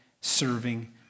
serving